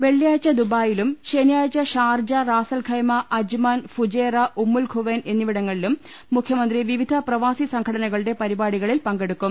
വെള്ളിയാഴ്ച ദുബായിലും ശനി യാഴ്ച Sharjah Ras Al Khaimah Ajman Fujairah Umm Al Quwain എന്നിവിടങ്ങളിലും മുഖ്യമന്ത്രി വിവിധ പ്രവാസി സംഘടനകളുടെ പരിപാടികളിൽ പങ്കെടുക്കും